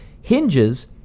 hinges